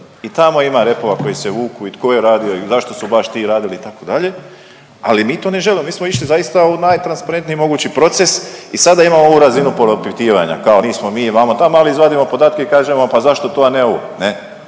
i tamo ima repova koji se vuku i tko je radio i zašto su baš ti radili itd., ali mi to ne želimo, mi smo išli zaista u najtransparentniji mogući proces i sada imamo ovu razinu propitivanja kao nismo mi vamo tamo, ali izvadimo podatke i kažemo pa zašto to, a ne ovo, ne